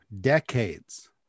decades